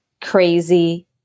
crazy